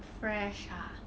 fresh ah